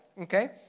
okay